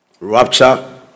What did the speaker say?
Rapture